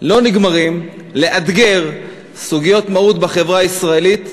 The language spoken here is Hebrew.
לא נגמרים לאתגר סוגיות מהות בחברה הישראלית.